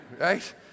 right